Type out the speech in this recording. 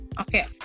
okay